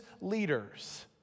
leaders